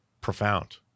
profound